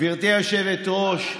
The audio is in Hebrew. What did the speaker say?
גברתי היושבת-ראש,